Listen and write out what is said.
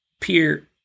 peer